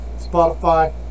Spotify